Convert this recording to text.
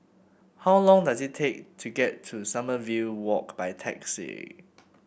how long does it take to get to Sommerville Walk by taxi